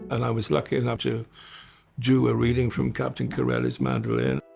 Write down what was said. and i was lucky enough to do a reading from captain corelli's mandolin.